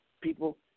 People